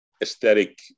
aesthetic